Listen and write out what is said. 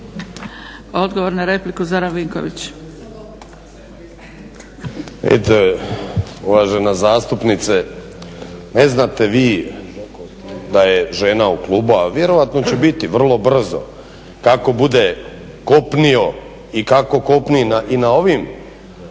Zoran (HDSSB)** Vidite uvažena zastupnice ne znate vi da je žena u klubu, a vjerojatno će biti vrlo brzo kako bude kopnio i kako kopni i na ovim izborima